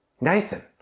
Nathan